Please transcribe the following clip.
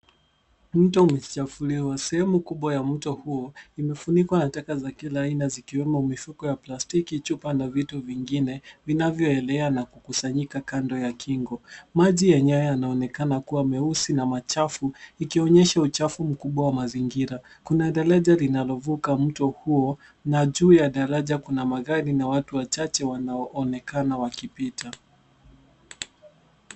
Mto umechafuliwa. Sehemu kubwa ya mto huo imefunikwa na taka za kila aina zikiwemo mifuko ya plastiki, chupa na vitu vingine vinavyoelea na kukusanyika kando za kingo. Maji yenyewe yanaonekana kuwa meusi na machafu ikionyesha uchafu mkubwa wa mazingira. Kuna daraja linalovuka mto huo na juu ya daraja kuna magari na watu wachache wanaoonekana wakipita.